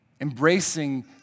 Embracing